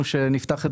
ההשקעות.